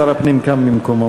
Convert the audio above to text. שר הפנים קם ממקומו.